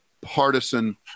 partisan